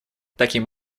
таким